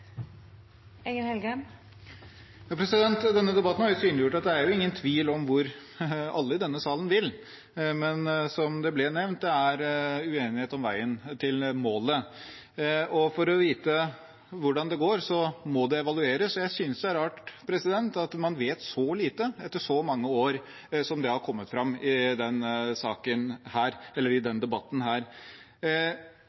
det ble nevnt: Det er uenighet om veien til målet. For å vite hvordan det går, må det evalueres, og jeg synes det er rart at man vet så lite etter så mange år, slik det har kommet fram i denne debatten. Vi er ganske gode i